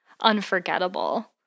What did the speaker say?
unforgettable